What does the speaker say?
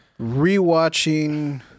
rewatching